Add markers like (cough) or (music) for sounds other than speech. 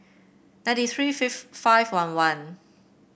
ninety three (unintelligible) five one one